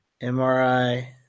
MRI